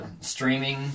streaming